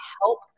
help